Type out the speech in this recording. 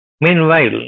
Meanwhile